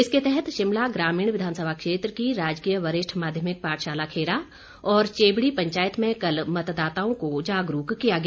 इसके तहत शिमला ग्रामीण विधानसभा क्षेत्र की राजकीय वरिष्ठ माध्यमिक पाठशाला खेरा और चेबड़ी पंचायत में कल मतदाताओं को जागरूक किया गया